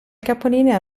capolinea